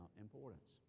importance